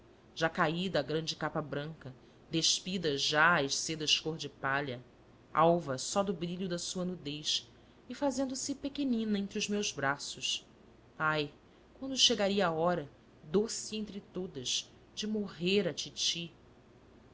já caída a grande capa branca despidas já as sedas cor de palha alva só do brilho da sua nudez e fazendo-se pequenina entre os meus braços ai quando chegaria a hora doce entre todas de morrer a titi